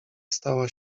stała